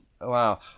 Wow